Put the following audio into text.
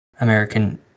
American